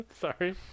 Sorry